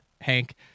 Hank